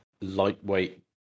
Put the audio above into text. lightweight